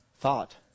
thought